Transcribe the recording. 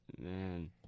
man